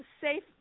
safe